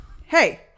Hey